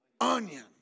onion